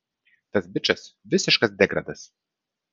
tas bičas visiškas degradas